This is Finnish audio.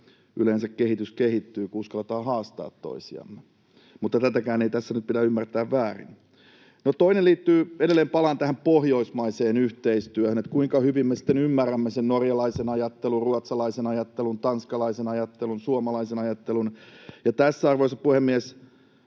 yleensä kehitys kehittyy, kun uskalletaan haastaa toisiamme. Mutta tätäkään ei tässä nyt pidä ymmärtää väärin. Toiseksi palaan edelleen tähän pohjoismaiseen yhteistyöhön, kuinka hyvin me sitten ymmärrämme sen norjalaisen ajattelun, ruotsalaisen ajattelun, tanskalaisen ajattelun, suomalaisen ajattelun. Ja tässä, arvoisa puhemies,